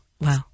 Wow